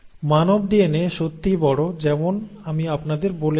মানব DNA সত্যিই বড় যেমন আমি আপনাদের বলেছিলাম